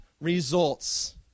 results